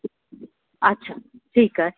अच्छा ठीकु आहे